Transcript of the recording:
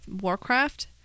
Warcraft